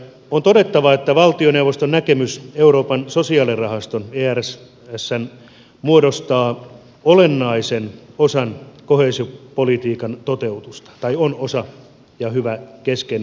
on todettava että valtioneuvoston näkemys että euroopan sosiaalirahasto esr muodostaa olennaisen osan koheesiopolitiikan toteutusta on hyvä keskeinen asia